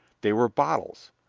they were bottles.